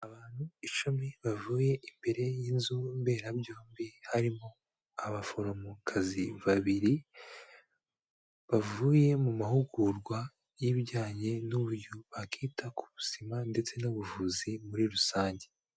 Abantu icumi bavuye imbere y'inzu mberabyombi harimo abaforomokazi babiri, bavuye mu mahugurwa y'ibijyanye n'uburyo bakwita ku buzima ndetse n'ubuvuzi muri rusange.